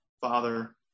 Father